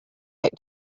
back